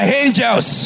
angels